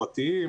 פרטיים,